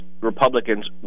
Republicans